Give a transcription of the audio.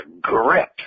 grip